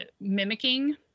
mimicking